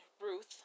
Ruth